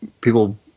people